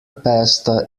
pasta